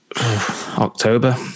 October